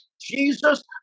Jesus